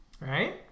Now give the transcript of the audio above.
right